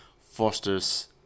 fosters